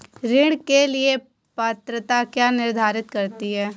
ऋण के लिए पात्रता क्या निर्धारित करती है?